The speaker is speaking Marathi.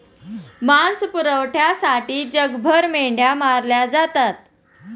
मांस पुरवठ्यासाठी जगभर मेंढ्या मारल्या जातात